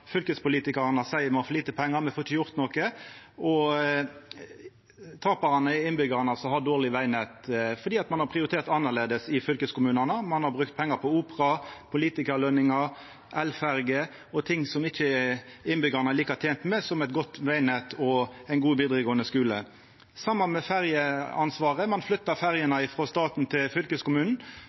fylkespolitikarane seier at dei har for lite pengar og ikkje får gjort noko, og der taparane er innbyggjarane som har eit dårleg vegnett fordi ein har prioritert annleis i fylkeskommunane – ein har brukt pengar på opera, politikarløningar, elferjer og ting som innbyggjarane ikkje er like tente med, som eit godt vegnett og ein god vidaregåande skule. Og det same med ferjeansvaret: Ein flytta ferjene frå staten til fylkeskommunen,